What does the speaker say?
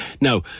now